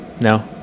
No